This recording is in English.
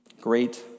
Great